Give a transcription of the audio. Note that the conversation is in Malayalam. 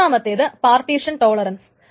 മൂന്നാമത്തെത് പാർട്ടീഷൻ ടോളറൻസ്